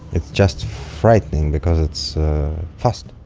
it's just frightening because it's fast